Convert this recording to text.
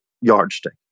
yardstick